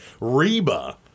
Reba